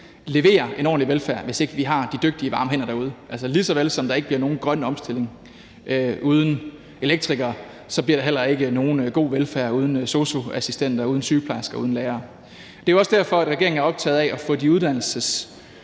levere en ordentlig velfærd, hvis ikke vi har de dygtige varme hænder derude. Lige så vel som der ikke bliver nogen grøn omstilling uden elektrikere, bliver der heller ikke nogen god velfærd uden sosu-assistenter, sygeplejersker og lærere. Det er jo også derfor, regeringen er optaget af at få de